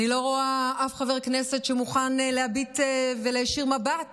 אני לא רואה אף חבר כנסת שמוכן להביט ולהישיר מבט